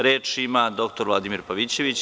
Reč ima dr Vladimir Pavićević.